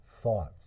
thoughts